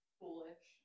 foolish